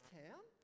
town